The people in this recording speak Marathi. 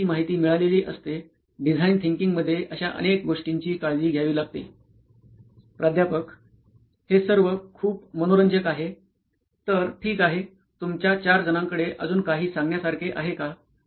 मला चुकीची माहिती मिळालेली असते डिझाईन थिंकिंगमध्ये अश्या अनेक गोष्टींची काळजी घ्यावी लागते प्राध्यापक हे सर्व खूप मनोरंजक आहे तर ठीक आहे तुमच्या चारजणांकडे अजून काही सांगण्यासारखे आहे का